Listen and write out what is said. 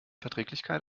verträglichkeit